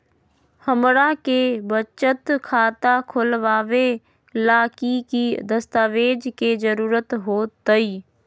हमरा के बचत खाता खोलबाबे ला की की दस्तावेज के जरूरत होतई?